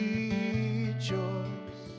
Rejoice